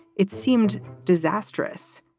it seemed disastrous,